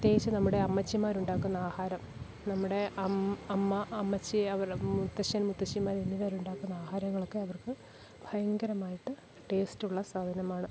പ്രത്യേകിച്ച് നമ്മുടെ അമ്മച്ചിമാര് ഉണ്ടാക്കുന്ന ആഹാരം നമ്മുടെ അമ്മ അമ്മച്ചി അവരുടെ മുത്തശ്ശൻ മുത്തശ്ശിമാര് എന്നിവരുണ്ടാക്കുന്ന ആഹാരങ്ങളൊക്കെ അവർക്ക് ഭയങ്കരമായിട്ട് ടേസ്റ്റുള്ള സാധനമാണ്